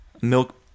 milk